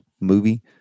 movie